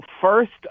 first